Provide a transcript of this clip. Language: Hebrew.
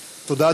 תודה,